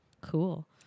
Cool